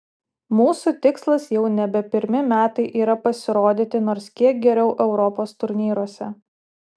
mūsų tikslas jau nebe pirmi metai yra pasirodyti nors kiek geriau europos turnyruose